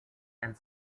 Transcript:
and